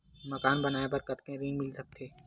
मकान बनाये बर कतेकन ऋण मिल सकथे?